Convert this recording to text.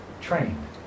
trained